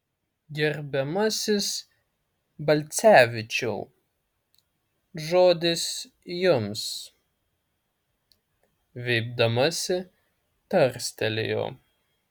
gerbiamasis balcevičiau žodis jums viepdamasi tarstelėjo